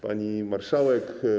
Pani Marszałek!